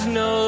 no